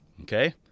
okay